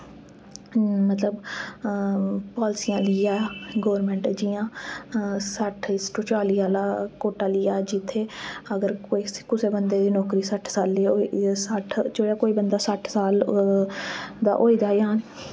मतलव पालसियां लेई आ गौरमैंट जियां सट्ठ टू चाली आह्ला कोटा ली आ जित्थे अगर कोई कुसे बंदे दी नौकरी सट्ठ साले दा होई दी सट्ठ जेह्ड़ा कोई बंदा सट्ठ साल दा होई दा यां